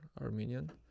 Armenian